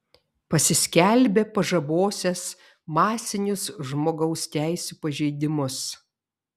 pasiskelbė pažabosiąs masinius žmogaus teisių pažeidimus